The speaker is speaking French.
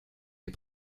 les